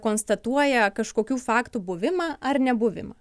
konstatuoja kažkokių faktų buvimą ar nebuvimą